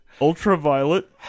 Ultraviolet